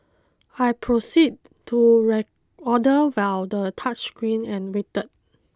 I proceed to reorder order via the touchscreen and waited